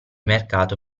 mercato